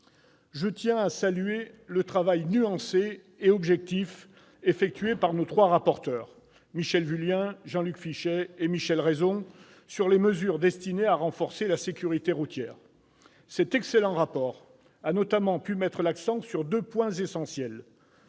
Je tiens à saluer le travail nuancé et objectif réalisé par nos trois rapporteurs, Michèle Vullien, Jean-Luc Fichet et Michel Raison, sur les mesures destinées à renforcer la sécurité routière. Cet excellent rapport d'information a notamment pu mettre l'accent sur deux points essentiels